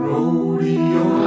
Rodeo